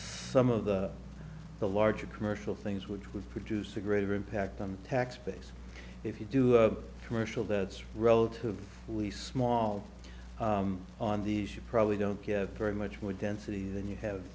some of the larger commercial things which would produce a greater impact on the tax base if you do a commercial that's relatively small on these you probably don't get very much more density than you have